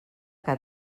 que